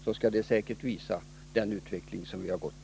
Det kommer säkert att visa vilken utvecklingen har varit.